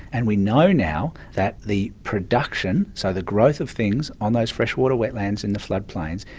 and we know now that the production, so the growth of things, on those freshwater wetlands in the flood plains,